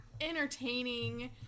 entertaining